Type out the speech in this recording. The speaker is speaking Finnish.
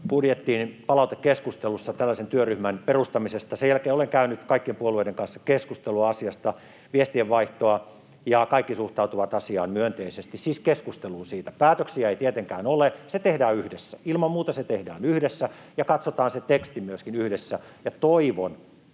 budjetin palautekeskustelussa, ehdotus tällaisen työryhmän perustamisesta. Sen jälkeen olen käynyt kaikkien puolueiden kanssa keskustelua asiasta, viestien vaihtoa, ja kaikki suhtautuvat asiaan myönteisesti — siis keskusteluun siitä, päätöksiä ei tietenkään ole, ne tehdään yhdessä. Ilman muuta ne tehdään yhdessä ja katsotaan se teksti myöskin yhdessä, ja toivon,